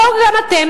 בואו גם אתם,